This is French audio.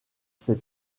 ses